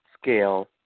scale